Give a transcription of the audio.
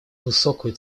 высокую